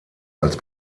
als